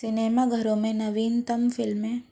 cinema घरों में नवीनतम फिल्में